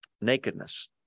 nakedness